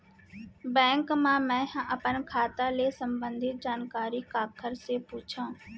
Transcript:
Bank मा मैं ह अपन खाता ले संबंधित जानकारी काखर से पूछव?